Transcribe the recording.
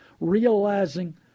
realizing